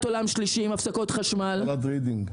עולם שלישי עם הפסקות חשמל --- תחנת רידינג.